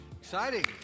Exciting